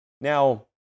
Now